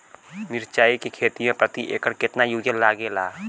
मिरचाई के खेती मे प्रति एकड़ केतना यूरिया लागे ला?